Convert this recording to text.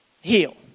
heal